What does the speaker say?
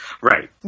Right